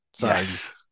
Yes